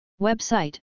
Website